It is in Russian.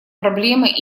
проблема